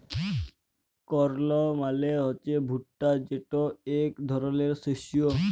কর্ল মালে হছে ভুট্টা যেট ইক ধরলের শস্য